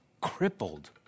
crippled